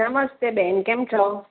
નમસ્તે બેન કેમ છો